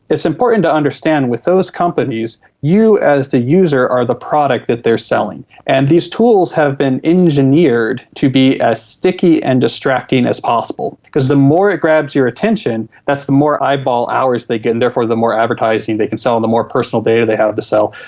it's important to understand with those companies you as the user are the product that they are selling, and these tools have been engineered to be as sticky and distracting as possible, because the more it grabs your attention, that's the more eyeball hours they get and therefore the more advertising they can sell and the more personal data they have to sell.